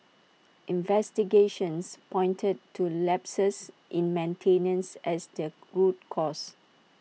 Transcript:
investigations pointed to lapses in maintenance as the root cause